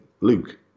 Luke